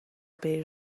بری